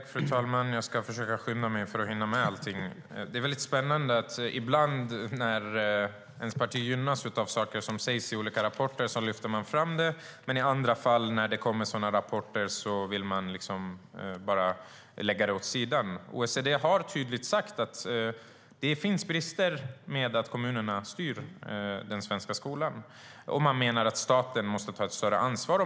Fru talman! Jag ska försöka skynda mig för att hinna med allting. Det är väldigt spännande: När ens parti gynnas av saker som sägs i olika rapporter lyfter man fram det, men i andra fall vill man bara lägga rapporterna åt sidan. OECD har tydligt sagt att det finns brister med att kommunerna styr den svenska skolan. Man menar att staten måste ta ett större ansvar.